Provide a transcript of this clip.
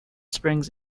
springs